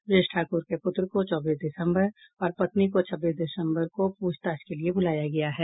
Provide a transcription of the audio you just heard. ब्रजेश ठाकुर के पुत्र को चौबीस दिसम्बर और पत्नी को छब्बीस दिसम्बर को पूछताछ के लिए बुलाया गया है